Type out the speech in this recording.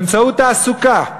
באמצעות תעסוקה.